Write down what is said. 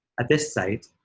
at this site,